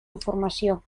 informació